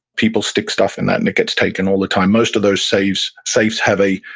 people stick stuff in that, and it gets taken all the time. most of those safes safes have a